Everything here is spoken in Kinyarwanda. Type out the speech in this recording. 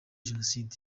genocide